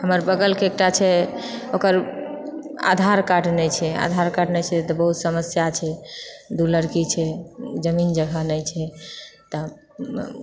हमर बगलके एकटा छै ओकर आधार कार्ड नै छै आधार कार्ड नै छै तऽ बहुत समस्या छै दू लड़की छै जमीन जगह नै छै तऽ